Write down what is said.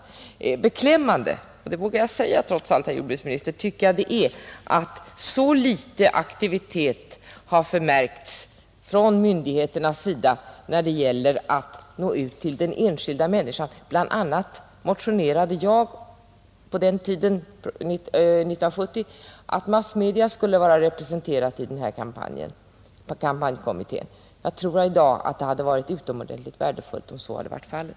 Men beklämmande är — och det vill jag säga trots allt, herr jordbruksminister — att så litet aktivitet har förmärkts från myndigheternas sida när det gäller att nå ut till den enskilda människan, Bl. a. motionerade jag 1970 om att massmedia skulle vara representerade i rikskommittén. Jag tror i dag att det hade varit utomordentligt värdefullt om så hade blivit fallet.